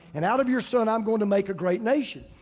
and out of your son, i'm going to make a great nation.